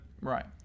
right